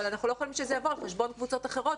אבל אנחנו לא יכולים שזה יבוא על חשבון קבוצות אחרות,